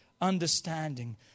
understanding